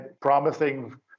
promising